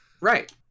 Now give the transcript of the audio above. right